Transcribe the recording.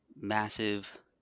massive